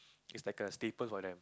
is like a staple for them